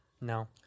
No